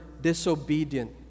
disobedient